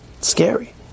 Scary